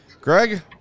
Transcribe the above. Greg